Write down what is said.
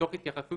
תוך התייחסות